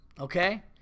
okay